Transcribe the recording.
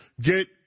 get